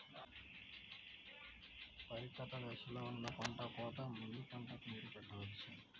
పరిపక్వత దశలో ఉన్న పంట కోతకు ముందు పంటకు నీరు పెట్టవచ్చా?